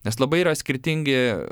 nes labai yra skirtingi